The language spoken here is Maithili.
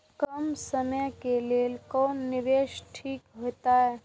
कम समय के लेल कोन निवेश ठीक होते?